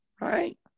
Right